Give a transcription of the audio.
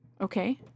Okay